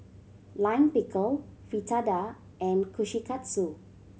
Lime Pickle Fritada and Kushikatsu